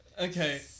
Okay